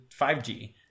5g